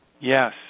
yes